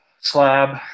Slab